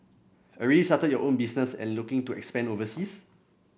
already started your own business and looking to expand overseas